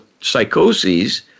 psychoses